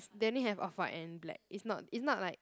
they only have off white and black it's not it's not like